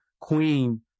Queen